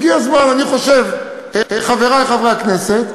אני חושב שהגיע הזמן, חברי חברי הכנסת,